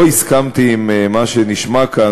לא הסכמתי למה שנשמע כאן,